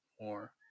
more